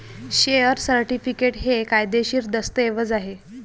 share certificate हे कायदेशीर दस्तऐवज आहे